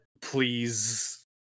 Please